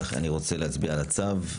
אני רוצה להצביע על הצו.